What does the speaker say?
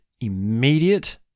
immediate